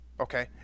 okay